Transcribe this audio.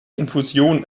infusion